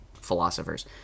philosophers